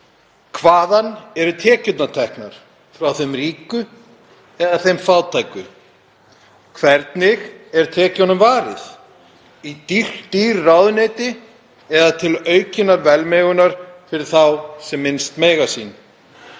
Hvaðan eru tekjurnar teknar, frá þeim ríku eða þeim fátæku? Hvernig er tekjunum varið, í dýr ráðuneyti eða til aukinnar velmegunar fyrir þá sem minnst mega sín?